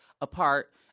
apart